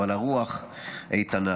אבל הרוח איתנה.